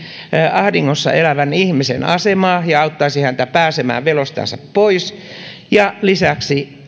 ahdingossa elävän ihmisen asemaa ja auttaisi häntä pääsemään veloistansa pois ja lisäksi